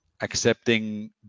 accepting